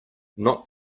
not